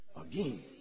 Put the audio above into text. again